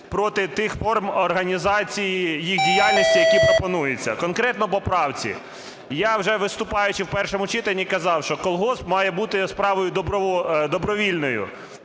проти тих форм організації їх діяльності, які пропонуються. Конкретно по правці. Я вже, виступаючи в першому читанні, казав, що колгосп має бути справою добровільною.